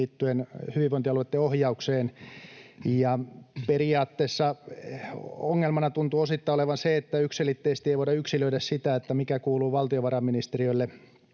liittyen hyvinvointialueitten ohjaukseen, ja periaatteessa ongelmana tuntuu osittain olevan se, että yksiselitteisesti ei voida yksilöidä sitä, mikä kuuluu valtiovarainministeriölle